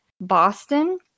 Boston